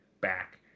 back